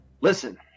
Listen